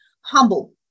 humble